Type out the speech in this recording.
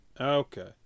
Okay